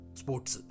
sports